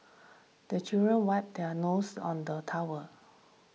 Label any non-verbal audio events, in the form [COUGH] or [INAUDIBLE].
[NOISE] the children wipe their noses on the towel